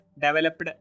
developed